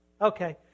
Okay